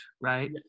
right